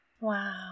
Wow